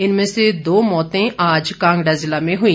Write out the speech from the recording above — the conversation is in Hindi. इनमें से दो मौतें आज कांगड़ा जिला में हुई